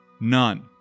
None